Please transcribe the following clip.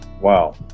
Wow